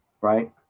right